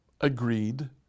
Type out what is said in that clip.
agreed